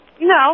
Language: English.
No